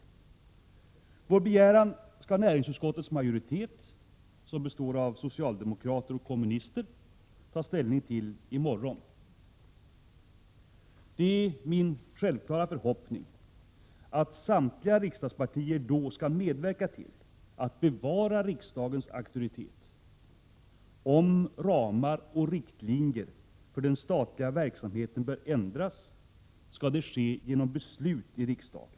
Vår begäran skall näringsutskottets majoritet, som består av socialdemokrater och kommunister, ta ställning till i morgon. Det är min självklara förhoppning att samtliga riksdagspartier då skall medverka till att bevara riksdagens auktoritet. Om ramar och riktlinjer för den statliga verksamheten bör ändras, skall det ske genom beslut i riksdagen.